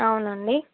అవునండి